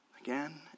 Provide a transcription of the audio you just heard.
Again